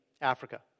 Africa